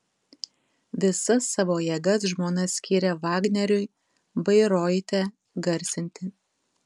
visas savo jėgas žmona skyrė vagneriui bairoite garsinti